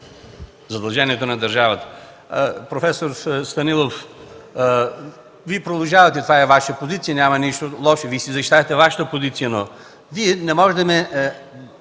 задължението на държавата.